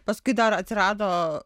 paskui dar atsirado